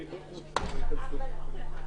זה חשוב לי.